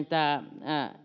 tämä